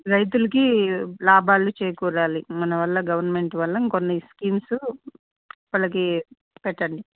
రైతులకు లాభాలు చేకూరాలి మనవల్ల గవర్నమెంట్ వల్ల ఇంకొన్ని స్కీమ్స్ వాళ్ళకి పెట్టండి